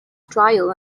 trial